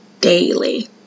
daily